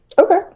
Okay